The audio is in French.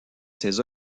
ses